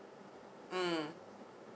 mm